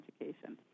education